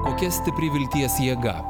kokia stipri vilties jėga